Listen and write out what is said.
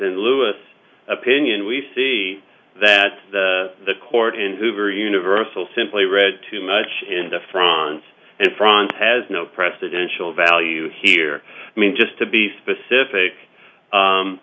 xin loise opinion we see that the court and hoover universal simply read too much into france and france has no presidential value here i mean just to be specific